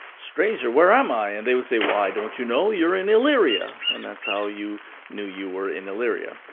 stranger, where am i? and they would say, why, don't you know? you're in illyria. and that's how you knew you were in illyria.